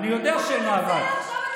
אני יודע שאין מאבק.